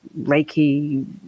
reiki